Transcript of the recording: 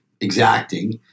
exacting